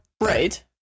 Right